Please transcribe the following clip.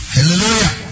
Hallelujah